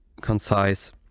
concise